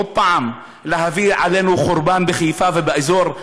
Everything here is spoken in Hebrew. עוד פעם להביא עלינו חורבן בחיפה ובאזור?